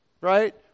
right